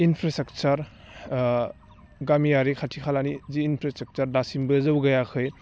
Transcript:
infrastructure गामियारि खाथि खालानि जि इनफ्रासटेकचार दासिमबो जौगायाखै